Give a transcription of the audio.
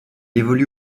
évolue